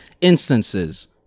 instances